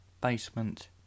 Basement